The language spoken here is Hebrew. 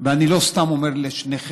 ואני לא סתם אומרים לשניכם,